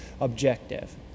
objective